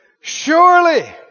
surely